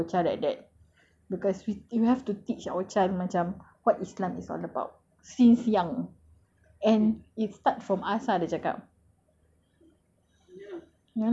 like we are not okay we have to teach our child like that because we have to teach our child macam what islam is all about since young and it starts from asar dia cakap